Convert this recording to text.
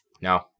No